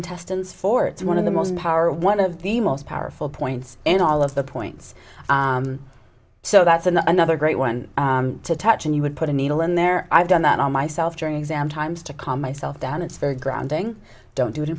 intestines for it's one of the most power one of the most powerful points in all of the points so that's another great one to touch and you would put a needle in there i've done that on myself during exam times to calm myself down it's very grounding don't do